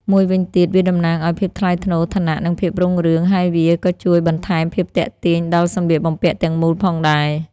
មួយវិញទៀត វាតំណាងឲ្យ ភាពថ្លៃថ្នូរ ឋានៈ និងភាពរុងរឿង ហើយវាក៏ជួយបន្ថែមភាពទាក់ទាញដល់សម្លៀកបំពាក់ទាំងមូលផងដែរ។